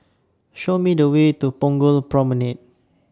Show Me The Way to Punggol Promenade